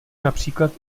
například